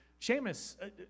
Seamus